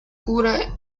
cura